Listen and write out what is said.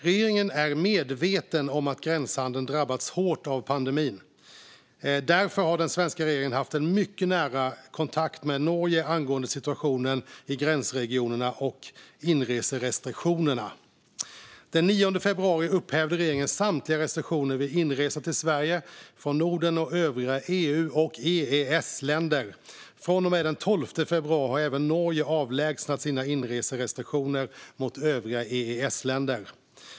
Regeringen är medveten om att gränshandeln drabbats hårt av pandemin. Därför har den svenska regeringen haft en mycket nära kontakt med Norge angående situationen i gränsregionerna och inreserestriktionerna. Den 9 februari upphävde regeringen samtliga restriktioner vid inresa till Sverige från Norden och övriga EU och EES-länder. Från och med den 12 februari har även Norge avlägsnat sina inreserestriktioner mot övriga EES-länder.